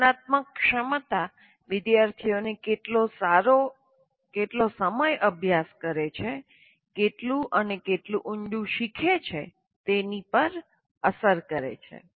જ્ઞાનાત્મક ક્ષમતા વિદ્યાર્થીઓ કેટલો સારો કેટલો સમય અભ્યાસ કરે છે કેટલું અને કેટલું ઉડે શીખે છે તેની પર અસર કરે છે